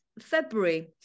February